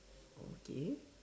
okay